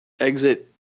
exit